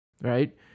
right